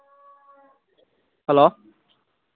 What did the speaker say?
hello